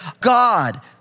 God